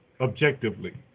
objectively